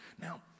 Now